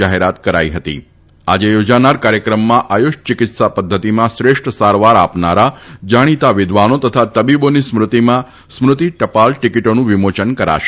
જાહેરાત કરાઈ હતી આજે થોજાનાર કાર્યક્રમમાં આયુષ ચિકિત્સા પદ્ધતિમાં શ્રેષ્ઠ સારવાર આપનાર જાણીતા વિદ્વાનો તથા તબીબોની સ્મૃતિમાં સ્મૃતિ ટપાલ ટિકિટોનું વિમોચન કરશે